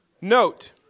Note